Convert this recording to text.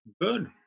Good